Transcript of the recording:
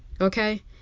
Okay